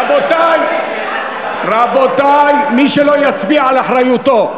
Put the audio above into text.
רבותי, רבותי, מי שלא יצביע, על אחריותו.